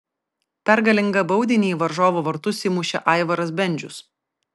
pergalingą baudinį į varžovų vartus įmušė aivaras bendžius